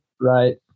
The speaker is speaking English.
Right